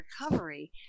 recovery